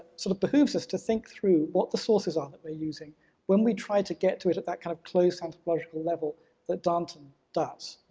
sort of behooves us to think through what the sources are um that we're using when we try to get to it at that kind of close anthropological level that darnton does.